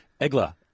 Egla